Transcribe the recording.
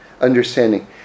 understanding